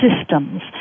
systems